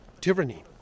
tyranny